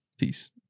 Peace